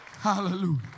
Hallelujah